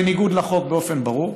בניגוד לחוק באופן ברור,